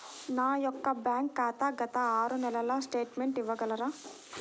నా యొక్క బ్యాంక్ ఖాతా గత ఆరు నెలల స్టేట్మెంట్ ఇవ్వగలరా?